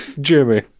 Jimmy